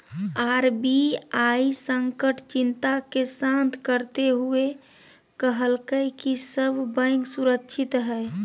RBI संकट चिंता के शांत करते हुए कहलकय कि सब बैंक सुरक्षित हइ